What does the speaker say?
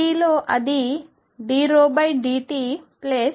1Dలో అది dρdtjx∂t0 అవుతుంది